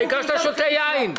העיקר שאתה שותה יין.